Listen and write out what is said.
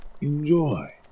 enjoy